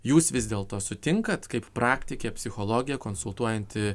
jūs vis dėlto sutinkat kaip praktikė psichologė konsultuojanti